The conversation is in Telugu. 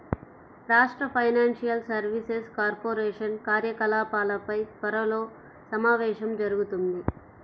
రాష్ట్ర ఫైనాన్షియల్ సర్వీసెస్ కార్పొరేషన్ కార్యకలాపాలపై త్వరలో సమావేశం జరుగుతుంది